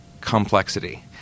complexity